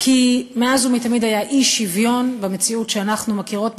כי מאז ומתמיד היה אי-שוויון במציאות שאנחנו מכירות,